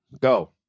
Go